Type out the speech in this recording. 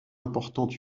importante